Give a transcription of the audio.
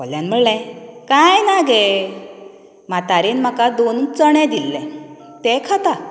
कोल्यान म्हणलें कांय ना गे म्हातारेन म्हाका दोन चणें दिल्ले तें खाता